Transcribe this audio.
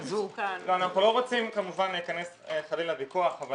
אנחנו לא רוצים להיכנס חלילה לוויכוח אבל